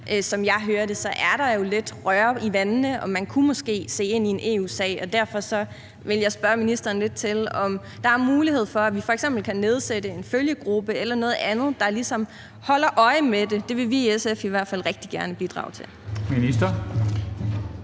Som jeg hører det, er der jo lidt røre i vandene, og man kunne måske se ind i en EU-sag. Derfor vil jeg spørge ministeren lidt til, om der er mulighed for, at vi f.eks. kan nedsætte en følgegruppe eller noget andet, der ligesom holder øje med det. Det vil vi i SF i hvert fald rigtig gerne bidrage til. Kl.